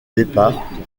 départ